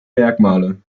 merkmale